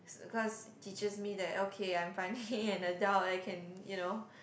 it's cause teaches me that okay I'm finally an adult I can you know